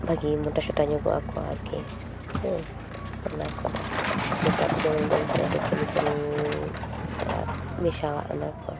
ᱵᱷᱟᱹᱜᱤ ᱢᱚᱴᱟᱥᱚᱴᱟ ᱧᱚᱜᱚᱼᱟᱠᱚ ᱟᱨᱠᱤ ᱦᱮᱸ ᱚᱱᱟ ᱠᱚᱫᱚ ᱱᱮᱛᱟᱨ ᱫᱚ ᱡᱮᱢᱚᱱ ᱩᱰᱩᱝ ᱠᱟᱱᱟ ᱠᱮᱢᱤᱠᱮᱞ ᱢᱮᱥᱟᱣᱟᱜ ᱚᱱᱟᱠᱚ